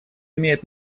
имеет